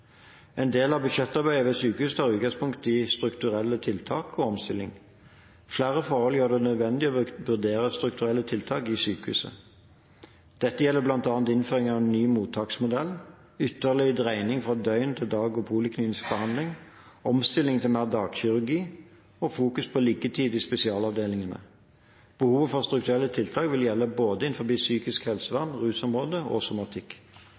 En del av budsjettarbeidet ved sykehuset tar utgangspunkt i strukturelle tiltak og omstilling. Flere forhold gjør det nødvendig å vurdere strukturelle tiltak i sykehuset. Dette gjelder bl.a. innføring av ny mottaksmodell, ytterligere dreining fra døgnopphold til dag- og poliklinisk behandling, omstilling til mer dagkirurgi og å fokusere på liggetid i spesialavdelingene. Behovet for strukturelle tiltak vil gjelde både innen psykisk helsevern, rusområdet og somatikk.